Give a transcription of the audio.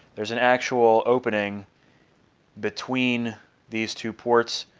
there's an actual opening between these two ports,